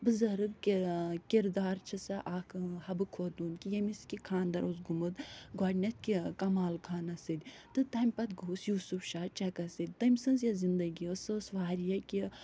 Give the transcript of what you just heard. بٕزرگ کہِ کِردار چھِ سۄ اکھ حبہٕ خوطوٗن کہِ ییٚمِس کہِ خانٛدر اوس گوٚمُت گۄڈنٮ۪تھ کہِ کَمال خانس سۭتۍ تہٕ تَمہِ پتہٕ گوٚوُس یوسف شاہ چکس سۭتۍ تٔمۍ سِنٛز یَس زنٛدگی ٲس سۄ ٲس وارِیاہ کہِ